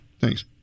Thanks